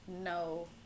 no